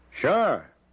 Sure